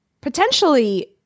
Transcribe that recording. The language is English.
potentially